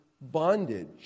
bondage